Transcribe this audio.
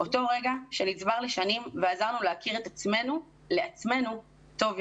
אותו רגע שנצבר לשנים ועזר לנו להכיר את עצמנו לעצמינו טוב יותר.